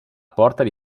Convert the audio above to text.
porta